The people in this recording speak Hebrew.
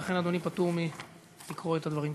ולכן אדוני פטור מלקרוא את הדברים כאן.